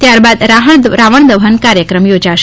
ત્યારબાદ રાવણદહન કાર્યક્રમ યોજાશે